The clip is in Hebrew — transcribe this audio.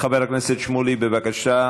חבר הכנסת שמולי, בבקשה,